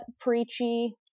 preachy